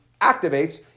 activates